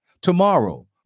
Tomorrow